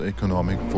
Economic